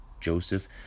Joseph